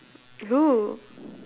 who